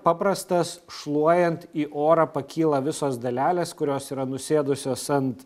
paprastas šluojant į orą pakyla visos dalelės kurios yra nusėdusios ant